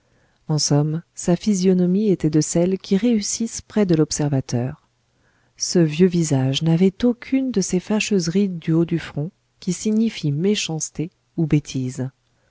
en somme sa physionomie était de celles qui réussissent près de l'observateur ce vieux visage n'avait aucune de ces fâcheuses rides du haut du front qui signifient méchanceté ou bêtise